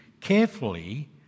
carefully